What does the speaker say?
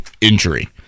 injury